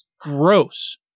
gross